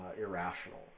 irrational